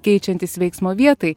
keičiantis veiksmo vietai